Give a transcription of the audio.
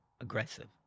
aggressive